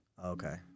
Okay